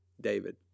David